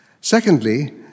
Secondly